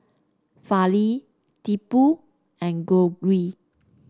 Fali Tipu and Gauri